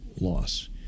loss